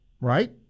right